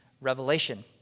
revelation